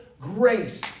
grace